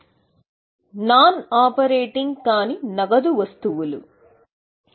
అవి non operate కాని నగదు వస్తువులు నేను మీకు పరిష్కారం చూపిస్తాను